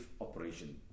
operation